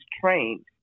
trained